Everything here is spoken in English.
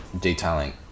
detailing